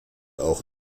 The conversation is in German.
auch